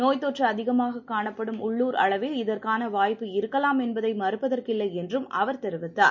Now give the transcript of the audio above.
நோய்த் தொற்று அதிகமாக காணப்படும் உள்ளூர் அளவில் இதற்கான வாய்ப்பு இருக்கலாம் என்பதை மறுப்பதற்கில்லை என்றும் அவர் தெரிவித்தார்